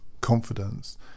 confidence